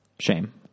shame